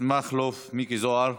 זכות